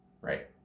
Right